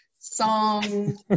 song